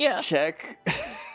check